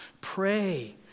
pray